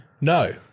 No